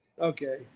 Okay